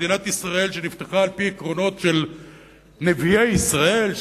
מדינת ישראל שנפתחה על-פי עקרונות של נביאי ישראל,